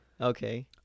Okay